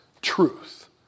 truth